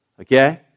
Okay